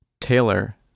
Taylor